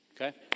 Okay